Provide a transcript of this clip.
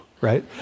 right